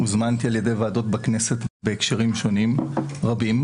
הוזמנתי על ידי ועדות בכנסת בהקשרים שונים רבים,